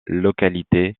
localité